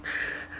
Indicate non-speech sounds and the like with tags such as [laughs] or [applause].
[laughs]